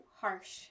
harsh